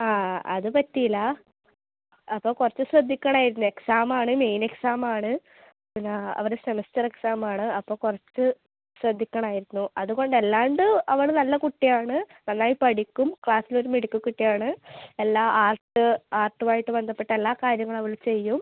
ആ അത് പറ്റിയില്ല അപ്പോൾ കുറച്ച് ശ്രദ്ധിക്കണമായിരുന്നു എക്സാം ആണ് മെയിൻ എക്സാം ആണ് പിന്നെ അവരെ സെമസ്റ്റർ എക്സാം ആണ് അപ്പോൾ കുറച്ച് ശ്രദ്ധിക്കണമായിരുന്നു അതുകൊണ്ട് അല്ലാണ്ട് അവള് നല്ല കുട്ടി ആണ് നന്നായി പഠിക്കും ക്ലാസ്സിൽ ഒരു മിടുക്കി കുട്ടി ആണ് എല്ലാ ആർട്ട് ആർട്ടും ആയിട്ട് ബന്ധപ്പെട്ട എല്ലാ കാര്യങ്ങളും അവൾ ചെയ്യും